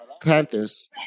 Panthers